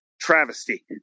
travesty